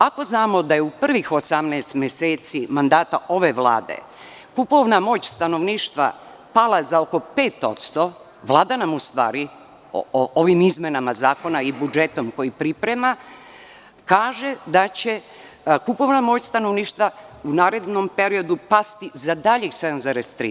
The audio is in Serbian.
Ako znamo da je u prvih 18 meseci mandata ove Vlade kupovna moć stanovništva pala za oko 5%, Vlada nam u stvari ovim izmenama zakona o budžetom koji priprema kaže da će kupovna moć stanovništva u narednom periodu pasti za daljih 7,3%